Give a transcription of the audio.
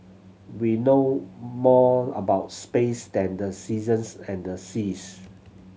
we know more about space than the seasons and the seas